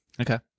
Okay